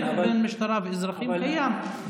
מתח בין משטרה לאזרחים קיים בכל העולם.